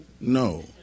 no